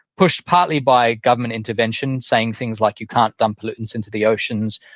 pushed partly by government intervention saying things like you can't dump pollutants into the oceans,